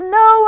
no